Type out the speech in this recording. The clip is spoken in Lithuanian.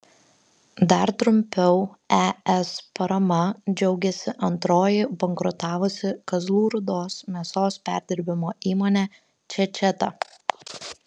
dar trumpiau es parama džiaugėsi antroji bankrutavusi kazlų rūdos mėsos perdirbimo įmonė čečeta